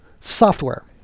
software